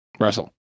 Russell